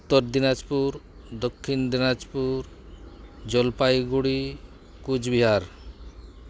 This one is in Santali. ᱩᱛᱛᱚᱨ ᱫᱤᱱᱟᱡᱽᱯᱩᱨ ᱫᱚᱠᱠᱷᱤᱱ ᱫᱤᱱᱟᱡᱽᱯᱩᱨ ᱡᱚᱞᱯᱟᱭᱜᱩᱲᱤ ᱠᱩᱪᱵᱤᱦᱟᱨ